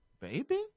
baby